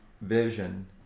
vision